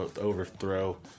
overthrow